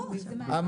--- מה?